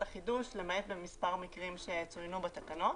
החידוש למעט במספר המקרים שצוינו בתקנות.